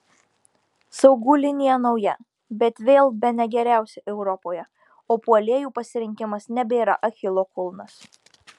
saugų linija nauja bet vėl bene geriausia europoje o puolėjų pasirinkimas nebėra achilo kulnas